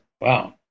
wow